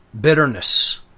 bitterness